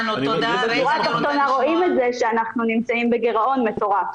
בשורה התחתונה רואים את זה שאנחנו נמצאים בגירעון מטורף.